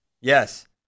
Yes